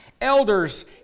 Elders